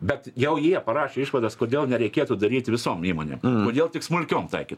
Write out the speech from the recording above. bet jau jie parašė išvadas kodėl nereikėtų daryt visom įmonėm kodėl tik smulkiom taikyt